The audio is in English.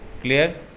clear